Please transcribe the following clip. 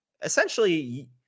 essentially